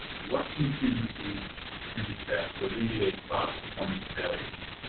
what contingencies can be set to alleviate cloud performance failures?